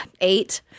eight